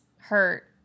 hurt